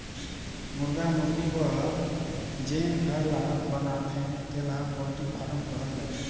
मुरगा मुरगी बर जेन घर ल बनाथे तेला पोल्टी फारम कहल जाथे